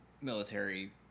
military